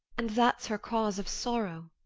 and that's her cause of sorrow.